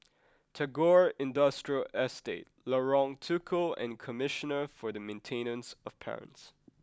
Tagore Industrial Estate Lorong Tukol and Commissioner for the Maintenance of Parents